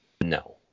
no